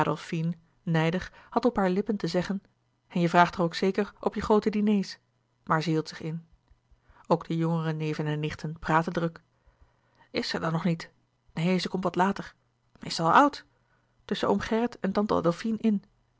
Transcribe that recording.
had op haar lippen te zeggen en je vraagt haar ook zeker op je groote diners maar zij hield zich in ook de jongere neven en nichten praatten druk is ze er dan nog niet neen ze komt wat later is ze al oud tusschen oom gerrit en tante adolfine